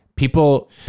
People